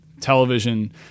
television